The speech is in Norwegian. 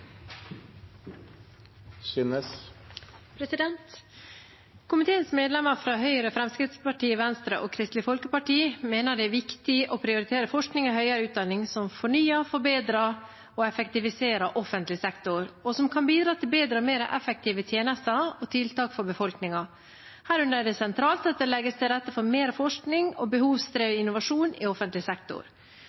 viktig å prioritere forskning og høyere utdanning som fornyer, forbedrer og effektiviserer offentlig sektor, og som kan bidra til bedre og mer effektive tjenester og tiltak for befolkningen. Herunder er det sentralt at det legges til rette for mer forsknings- og behovsdrevet innovasjon i offentlig sektor.